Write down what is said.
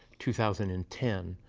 two thousand and ten.